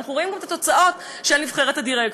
ואנחנו רואים גם את התוצאות של נבחרת הדירקטורים.